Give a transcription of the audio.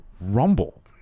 rumble